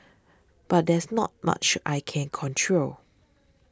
but there's not much I can control